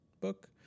book